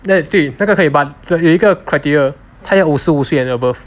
对那个可以 but 有一个 criteria 他要五十五岁 and above